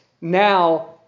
now